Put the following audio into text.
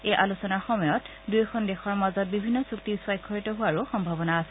এই আলোচনাৰ সময়ত দুয়োখন দেশৰ মাজত বিভিন্ন চুক্তি স্বাক্ষৰিত হোৱাৰো সম্ভাবনা আছে